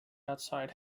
outside